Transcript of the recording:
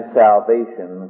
salvation